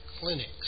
clinics